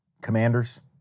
Commanders